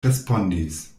respondis